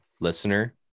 listener